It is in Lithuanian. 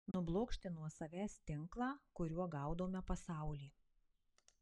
nublokšti nuo savęs tinklą kuriuo gaudome pasaulį